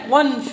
one